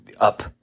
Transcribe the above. up